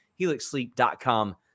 Helixsleep.com